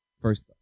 First